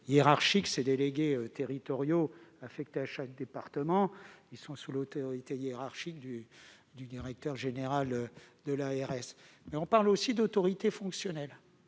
évident que les délégués territoriaux affectés à chaque département doivent être sous l'autorité hiérarchique du directeur général de l'ARS. Mais on parle aussi d'autorité fonctionnelle.